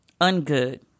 ungood